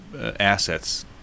assets